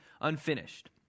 unfinished